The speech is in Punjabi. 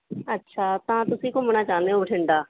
ਅੱਛਾ ਤਾਂ ਤੁਸੀਂ ਘੁੰਮਣਾ ਚਾਹੁੰਦੇ ਹੋ ਬਠਿੰਡਾ